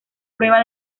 prueba